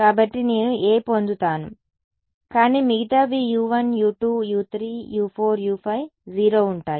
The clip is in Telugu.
కాబట్టి నేను a పొందుతాను కానీ మిగతావి u1 u2 u3 u 4 u5 0 ఉంటాయి